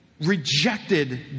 rejected